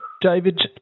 David